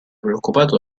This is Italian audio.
preoccupato